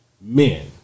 men